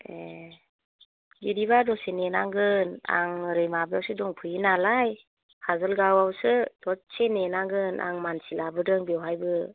ए बिदिबा दसे नेनांगोन आं ओरै माबायावसो दंफैयो नालाय काजलगावआवसो दसे नेनांगोन आं मानसि लाबोदों बेवहायबो